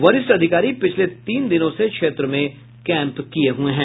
वरिष्ठ अधिकारी पिछले तीन दिनों से क्षेत्र में कैंप किये हुए हैं